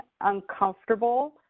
uncomfortable